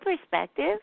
perspective